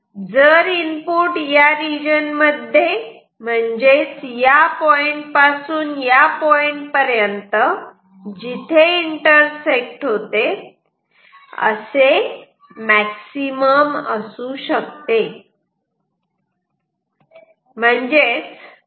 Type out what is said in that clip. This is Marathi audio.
जर इनपुट या रीजन मध्ये म्हणजेच या पॉईंट पासून या पॉईंट पर्यंत जिथे इंटरसेक्ट होते असे मॅक्सीमम असू शकते